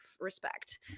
respect